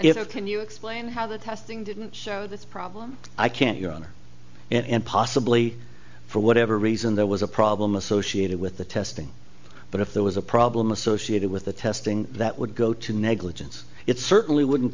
it can you explain how the testing didn't show this problem i can't your honor and possibly for whatever reason there was a problem associated with the testing but if there was a problem associated with the testing that would go to negligence it certainly wouldn't